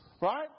Right